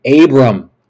abram